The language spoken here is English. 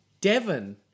Devon